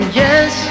yes